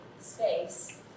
space